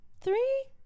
three